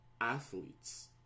athletes